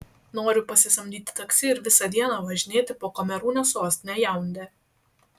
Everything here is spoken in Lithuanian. noriu pasisamdyti taksi ir visą dieną važinėti po kamerūno sostinę jaundę